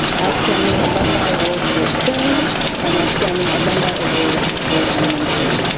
outstanding alumni award for film and outstanding alumni award for animation.